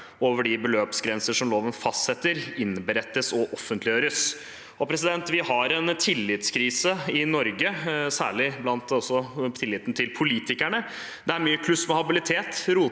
over de beløpsgrenser som loven fastsetter, innberettes og offentliggjøres. Vi har en tillitskrise i Norge, særlig gjelder det tilliten til politikerne. Det er mye kluss med habilitet,